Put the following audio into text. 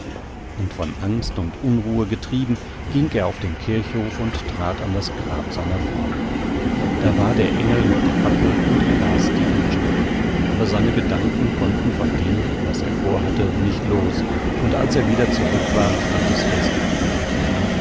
und von angst und unruhe getrieben ging er auf den kirchhof und trat an das grab seiner frau da war der engel mit der fackel und er las die inschrift aber seine gedanken konnten von dem was er vorhatte nicht los und als er wieder zurück war stand es fest ja